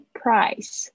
price